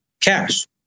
cash